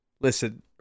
Listen